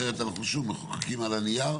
אחרת אנחנו שוב מחוקקים על הנייר,